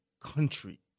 country